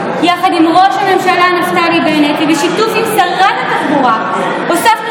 יחד עם ראש הממשלה נפתלי בנט ובשיתוף עם שרת התחבורה הוספנו